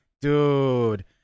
dude